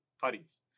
putties